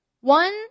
One